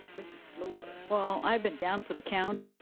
mrs. fluor. well i've been down for the count.